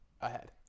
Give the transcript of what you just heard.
ahead